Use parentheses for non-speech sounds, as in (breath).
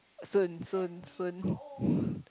soon soon soon (breath)